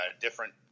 different